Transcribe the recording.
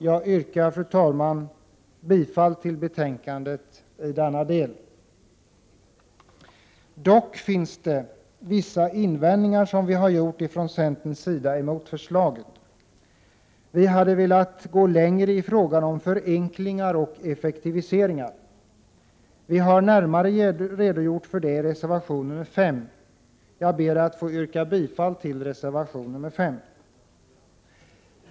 Jag yrkar, fru talman, bifall till utskottets hemställan i denna del. Dock har vi från centerns sida gjort vissa invändningar mot förslaget. Vi hade velat gå längre i fråga om förenklingar och effektiviseringar, och vi har — Prot. 1987/88:46 närmare redogjort för det i reservation 5. 16 december 1987 Jag ber att få yrka bifall till reservation 5. Sr ERS LEE SR AE.